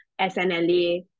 SNLA